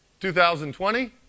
2020